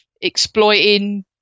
exploiting